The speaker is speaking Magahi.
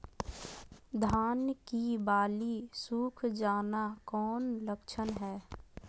धान की बाली सुख जाना कौन लक्षण हैं?